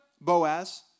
Boaz